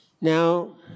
Now